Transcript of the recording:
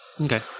Okay